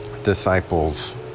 disciples